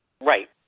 Right